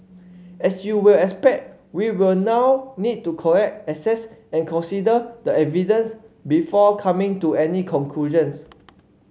as you will expect we will now need to collect assess and consider the evidence before coming to any conclusions